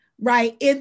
right